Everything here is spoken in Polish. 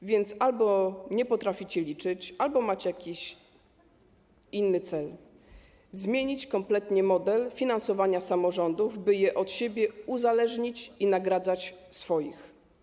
A więc albo nie potraficie liczyć, albo macie jakiś inny cel - zmienić kompletnie model finansowania samorządów, by je od siebie uzależnić i nagradzać swoich.